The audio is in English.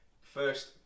first